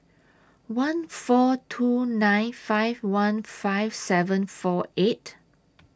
one four two nine five one five seven four eight